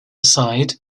aside